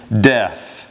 death